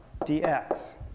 dx